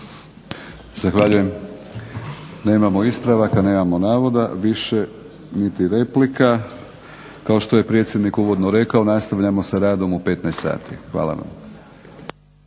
Zahvaljujem. Nemamo ispravaka, nemamo navoda, više niti replika. Kao što je predsjednik uvodno rekao nastavljamo sa radom u 15,00 sati. Hvala vam.